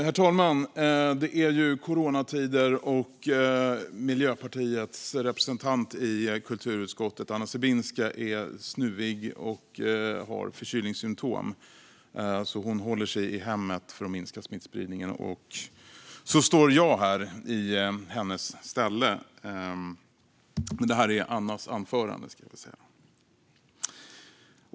Herr talman! Det är coronatider, och Miljöpartiets representant i kulturutskottet, Anna Sibinska, har förkylningssymtom och håller sig i hemmet för att minska smittspridningen. Därför står jag här i hennes ställe, och det är hennes anförande som jag ska hålla.